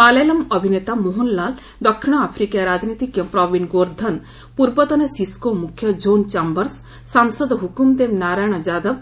ମାଲୟାଲମ୍ ଅଭିନେତା ମୋହନଲାଲ୍ ଦକ୍ଷିଣ ଆଫ୍ରିକୀୟ ରାଜନୀତିଜ୍ଞ ପ୍ରବୀନ୍ ଗୋର୍ଦ୍ଧନ୍ ପୂର୍ବତନ ସିସ୍କୋ ମୁଖ୍ୟ ଝୋନ୍ ଚାମ୍ଘର୍ସ ସାଂସଦ ହୁକୁମ୍ଦେବ ନାରାୟଣ ଯାଦବ